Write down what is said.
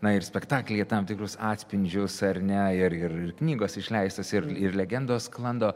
na ir spektaklyje tam tikrus atspindžius ar ne ir ir ir knygos išleistos ir ir legendos sklando